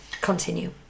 Continue